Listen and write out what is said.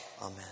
Amen